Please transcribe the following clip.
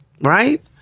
Right